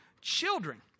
Children